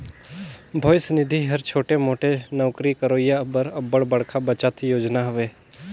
भविस निधि हर छोटे मोटे नउकरी करोइया बर अब्बड़ बड़खा बचत योजना हवे